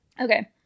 Okay